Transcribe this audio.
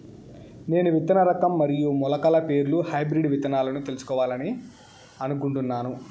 నేను విత్తన రకం మరియు మొలకల పేర్లు హైబ్రిడ్ విత్తనాలను తెలుసుకోవాలని అనుకుంటున్నాను?